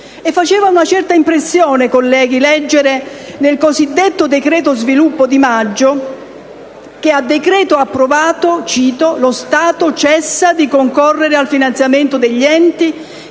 Faceva una certa impressione leggere nel cosiddetto decreto sviluppo di maggio che a decreto approvato «lo Stato cessa di concorrere al finanziamento degli enti,